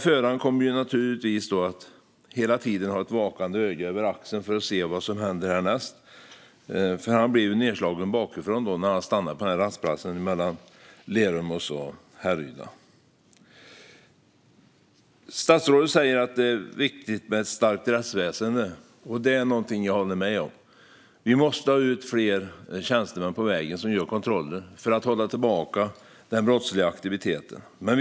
Han kommer naturligtvis hela tiden att kasta ett vakande öga över axeln för att se vad som händer härnäst, för han blev nedslagen bakifrån när han hade stannat på den där rastplatsen mellan Lerum och Härryda. Statsrådet säger att det är viktigt med ett starkt rättsväsen, och det är någonting jag håller med om. Vi måste ha ut fler tjänstemän som gör kontroller på vägarna, för att hålla tillbaka den brottsliga aktiviteten.